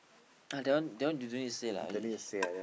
ah that one that one you don't need to say lah